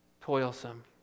toilsome